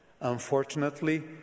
Unfortunately